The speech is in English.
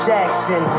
Jackson